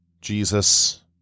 Jesus